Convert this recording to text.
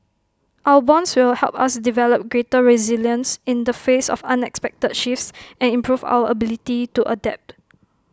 our bonds will help us develop greater resilience in the face of unexpected shifts and improve our ability to adapt